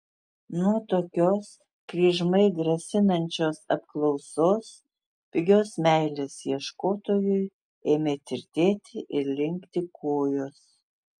nuo tokios kryžmai grasinančios apklausos pigios meilės ieškotojui ėmė tirtėti ir linkti kojos